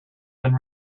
been